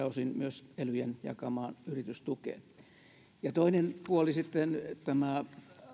osin myös elyjen jakamaan yritystukeen on tulossa asetusmuutoksia ja korjauksia ja toinen puoli sitten on tämä